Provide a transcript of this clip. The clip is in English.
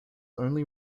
only